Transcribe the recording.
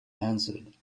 answered